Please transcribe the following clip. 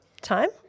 time